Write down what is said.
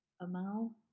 Amal